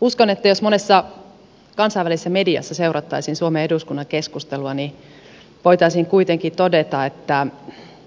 uskon että jos monessa kansainvälisessä mediassa seurattaisiin suomen eduskunnan keskustelua niin voitaisiin kuitenkin todeta että